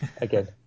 again